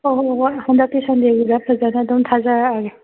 ꯍꯣꯏ ꯍꯣꯏ ꯍꯣꯏ ꯍꯟꯗꯛꯀꯤ ꯁꯟꯗꯦꯒꯤꯗ ꯐꯖꯅ ꯑꯗꯨꯝ ꯊꯥꯖꯔꯛꯂꯒꯦ